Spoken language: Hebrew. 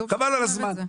חבל על הזמן.